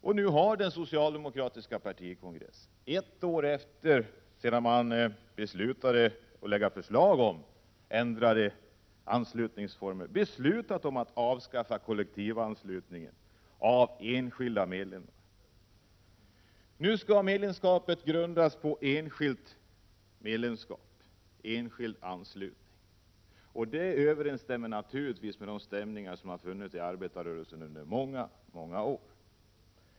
Ett år efter det att man beslutade att lägga fram förslag om ändrade anslutningsformer har den socialdemokratiska partikongressen nu beslutat att avskaffa kollektivanslutningen av enskilda medlemmar. Nu skall medlemskapet grundas på enskild anslutning. Det överensstämmer naturligtvis med de stämningar som har funnits i arbetarrörelsen under många, många år.